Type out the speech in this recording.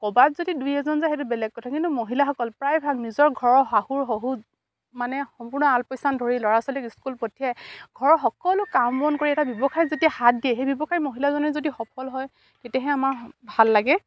ক'ৰবাত যদি দুই এজন যায় সেইটো বেলেগ কথা কিন্তু মহিলাসকল প্ৰায়ভাগ নিজৰ ঘৰ শাহুৰ শহুৰ মানে সম্পূৰ্ণ আলপৈচান ধৰি ল'ৰা ছোৱালীক স্কুল পঠিয়াই ঘৰৰ সকলো কাম বন কৰি এটা ব্যৱসায়ত যদি হাত দিয়ে সেই ব্যৱসায় মহিলাজনী যদি সফল হয় তেতিয়াহে আমাৰ ভাল লাগে